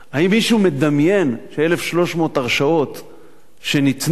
האם מישהו מדמיין ש-1,300 הרשאות שניתנו,